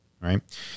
Right